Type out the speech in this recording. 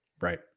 Right